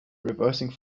reversing